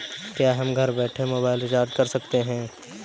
क्या हम घर बैठे मोबाइल रिचार्ज कर सकते हैं?